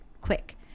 quick